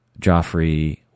Joffrey